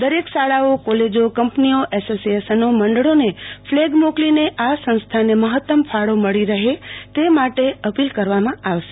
દરેક શાળાઓ કોલેજો કંપનીઓ એસોસિયેશનો મંડળોને ફ્લેગ મોકલીને આ સંસ્થાને મહત્તમ ફાળો મળી રહે તે માટે અપીલ કરવામાં આવશે